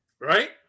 Right